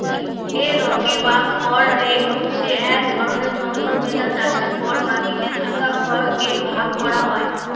হে রকে বা খড় রেক হচ্ছে এক ধরনের যন্ত্র যেটা চাষের পর মাটিতে থাকা খড় কে ভাগ করা হয়